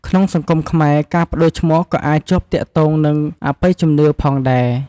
ក្នុងសង្គមខ្មែរ ការប្ដូរឈ្មោះក៏អាចជាប់ទាក់ទងនឹង អបិយជំនឿ ផងដែរ។